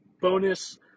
bonus